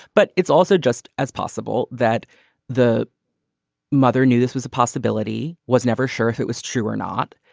but it's also just as possible that the mother knew this was a possibility, was never sure if it was true or not.